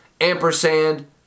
ampersand